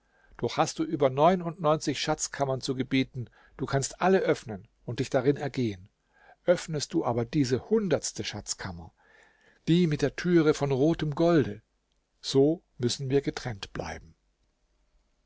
doch hast du über neunundneunzig schatzkammern zu gebieten du kannst alle öffnen und dich darin ergehen öffnest du aber diese hundertste schatzkammer die mit der türe von rotem golde so müssen wir getrennt bleiben